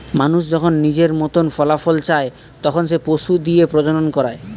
মানুষ যখন নিজের মতন ফলাফল চায়, তখন সে পশু দিয়ে প্রজনন করায়